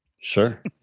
sure